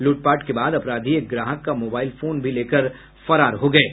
लूटपाट के बाद अपराधी एक ग्राहक का मोबाईल फोन भी लेकर फरार हो गये